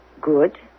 good